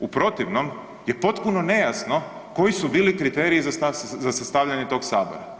U protivnom je potpuno nejasno koji su bili kriteriji za sastavljanje tog Sabora.